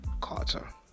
carter